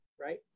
Right